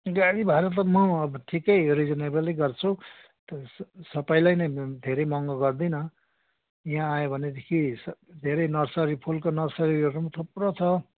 गाडी भाडा त म अब ठिकै रिजनेबल गर्छु स सबैलाई नै धेरै महँगो गर्दिनँ यहाँ आयो भनेदेखि धेरै नर्सरी फुलको नर्सरीहरू पनि थुप्रो छ